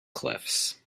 cliffs